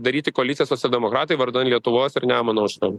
daryti koaliciją socialdemokratai vardan lietuvos ir nemuno aušra